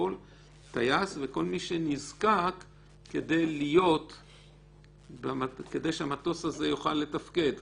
כל טייס וכל מי שנזקק כדי שהמטוס הזה יוכל לתפקד.